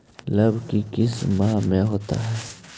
लव की किस माह में होता है?